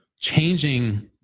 changing